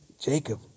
Jacob